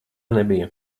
nebija